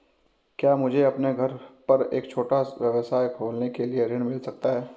क्या मुझे अपने घर पर एक छोटा व्यवसाय खोलने के लिए ऋण मिल सकता है?